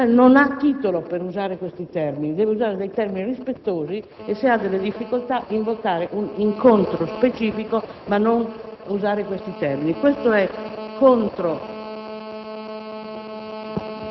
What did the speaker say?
Il cardinale non ha titolo per usare questi termini; deve pronunciarsi con termini rispettosi e, se ha delle difficoltà, può invocare un incontro specifico, ma non usare questi termini, poiché